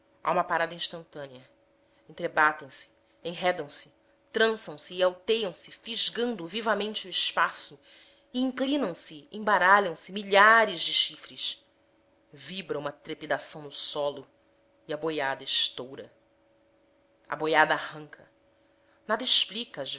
há uma parada instantânea entrebatem se enredam se traçam se e alteiam se fisgando vivamente o espaço e inclinam se e embaralham se milhares de chifres vibra uma trepidação no solo e a boiada estoura boiada arranca nada explica